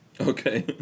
Okay